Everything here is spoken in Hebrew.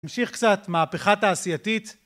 המשיך קצת, מהפכה תעשייתית.